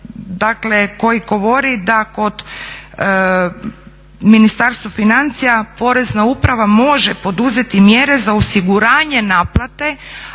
koji govori da kod Ministarstva financija Porezna uprava može poduzeti mjere za osiguranje naplate